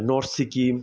north Sikkim